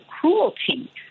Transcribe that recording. cruelty